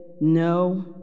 no